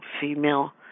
female